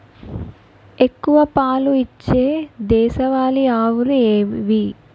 ఎక్కువ పాలు ఇచ్చే దేశవాళీ ఆవులు ఏవి?